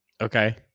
Okay